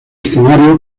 escenario